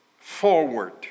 forward